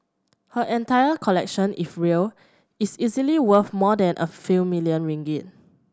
her entire collection if real is easily worth more than a few million ringgit